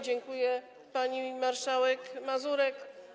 Dziękuję pani marszałek Mazurek.